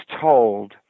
told